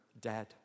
dead